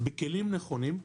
בכלים נכונים,